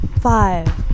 Five